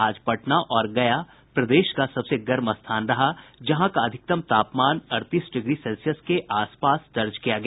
आज पटना और गया प्रदेश का सबसे गर्म स्थान रहा जहां का अधिकतम तापमान अड़तीस डिग्री सेल्सियस के आस पास दर्ज किया गया